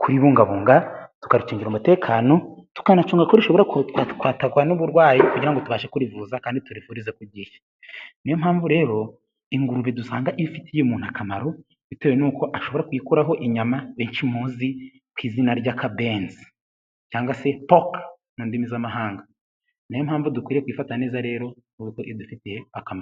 kuribungabunga, tukaricungira umutekano, tukanacunga ko rishobora kwatagwa n'uburwayi kugira ngo tubashe kurivuza kandi tukarivuriza ku gihe, niyo mpamvu rero ingurube dusanga ifitiye umuntu akamaro, bitewe n'uko ashobora kuyikuraho inyama benshi muzi ku izina ry'akabenzi cyangwa se poke mu ndimi z'amahanga niyo mpamvu dukwiye kurifata neza rero kubera ko idufitiye akamaro.